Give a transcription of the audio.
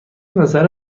نظر